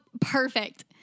perfect